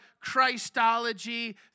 Christology